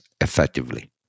effectively